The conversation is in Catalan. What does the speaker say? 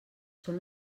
són